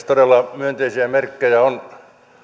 todella myönteisiä merkkejä on